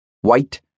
white